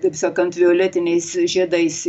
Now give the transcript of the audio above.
taip sakant violetiniais žiedais